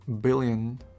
billion